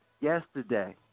yesterday